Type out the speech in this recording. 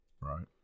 Right